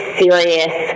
serious